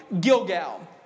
Gilgal